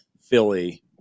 Philly